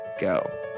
go